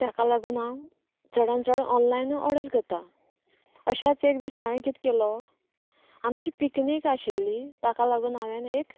तेका लागून हांव चडांत चड ऑनलायनूच ऑर्डर करतां अशेंच एक दीस हांवेन कितें केलो आमची पिकनीक आशिल्ली ताका लागून हांवेन एक